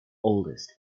oldest